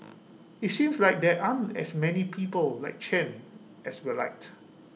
IT seems like there aren't as many people like Chen as we'd liked